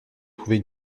trouver